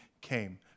came